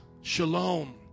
shalom